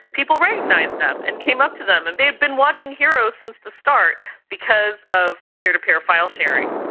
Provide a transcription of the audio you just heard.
people recognised them, and came up to them and they'd been watching heroes since the start because of peer-to-peer file sharing.